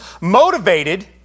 motivated